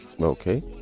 Okay